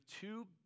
two